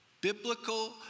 Biblical